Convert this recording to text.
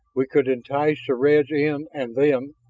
we could entice the reds in and then.